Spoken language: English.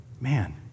Man